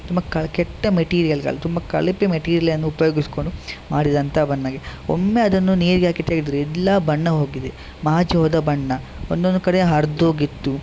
ತುಂಬ ಕಳ್ಳ ಕೆಟ್ಟ ಮೆಟೀರಿಯಲ್ಗಳು ತುಂಬ ಕಳಪೆ ಮೆಟೀರಿಯಲನ್ನು ಉಪಯೋಗಿಸಿಕೊಂಡು ಮಾಡಿದಂಥ ಬಣ್ಣಗೆ ಒಮ್ಮೆ ಅದನ್ನು ನೀರಿಗೆ ಹಾಕಿ ತೆಗೆದರೆ ಎಲ್ಲ ಬಣ್ಣ ಹೋಗಿದೆ ಮಾಜಿ ಹೋದ ಬಣ್ಣ ಒದೊಂದು ಕಡೆ ಹರಿದೋಗಿತ್ತು